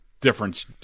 difference